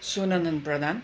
Sonam Pradhan